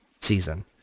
season